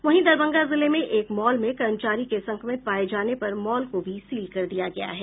वहीं दरभंगा जिले में एक मॉल में कर्मचारी के संक्रमित पाये जाने पर मॉल को भी सील कर दिया गया है